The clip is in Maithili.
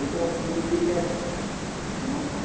विद्यापति जीके